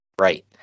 Right